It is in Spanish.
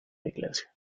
iglesia